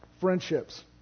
friendships